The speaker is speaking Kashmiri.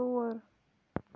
ژور